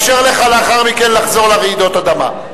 נאפשר לך לאחר מכן לחזור לרעידות האדמה.